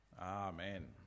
amen